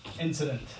Incident